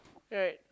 right